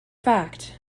fact